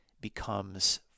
becomes